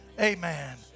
Amen